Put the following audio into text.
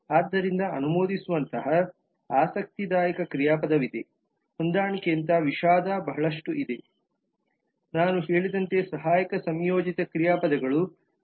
ಆದ್ದರಿಂದ ಅನುಮೋದಿಸುವಂತಹ ಆಸಕ್ತಿದಾಯಕ ಕ್ರಿಯಾಪದವಿದೆ ಹೊಂದಾಣಿಕೆಯಂತಹ ವಿಷಾದ ಮತ್ತು ಬಹಳಷ್ಟು ಇವೆ ನಾನು ಹೇಳಿದಂತೆ ಸಹಾಯಕ ಸಂಯೋಜಿತ ಕ್ರಿಯಾಪದಗಳು ನಕಾರಾತ್ಮಕ ಕ್ರಿಯೆಗಳಾಗಿವೆ